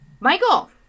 Michael